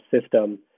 system